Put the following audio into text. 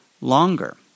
longer